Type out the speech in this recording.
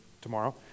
tomorrow